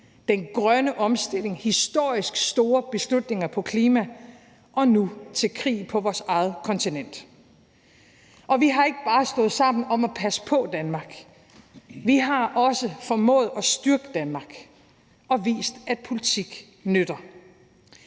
den grønne omstilling, historisk store beslutninger i forhold til klima og nu til en krig på vores eget kontinent, og vi har ikke bare stået sammen om at passe på Danmark. Vi har også formået at styrke Danmark og vist, at politik nytter.